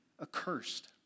accursed